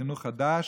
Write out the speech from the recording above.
חינוך חדש?